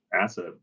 asset